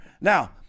Now